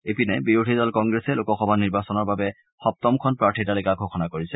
ইপিনে বিৰোধী দল কংগ্ৰেছে লোকসভা নিৰ্বাচনৰ বাবে সপ্তমখন প্ৰাৰ্থী তালিকা ঘোষণা কৰিছে